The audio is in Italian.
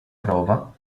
prova